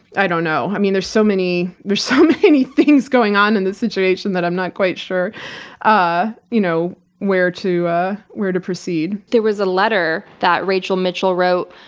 i don't know, i mean there so are so many things going on in this situation, that i'm not quite sure ah you know where to ah where to proceed. there was a letter that rachel mitchell wrote,